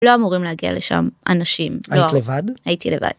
לא אמורים להגיע לשם אנשים לא. היית לבד? הייתי לבד.